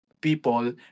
people